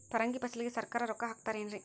ಪರಂಗಿ ಫಸಲಿಗೆ ಸರಕಾರ ರೊಕ್ಕ ಹಾಕತಾರ ಏನ್ರಿ?